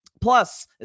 Plus